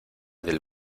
del